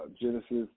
Genesis